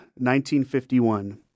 1951